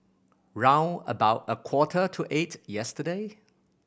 round about a quarter to eight yesterday